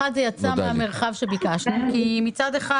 האחד, זה יצא מהמרחב שביקשנו כי מצד אחד